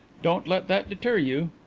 don't let that deter you.